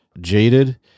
jaded